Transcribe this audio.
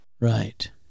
right